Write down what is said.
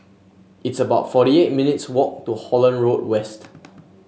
it's about forty eight minutes' walk to Holland Road West